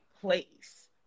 place